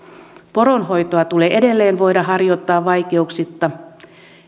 poronhoitoa tulee edelleen voida harjoittaa vaikeuksitta